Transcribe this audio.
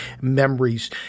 Memories